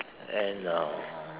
and uh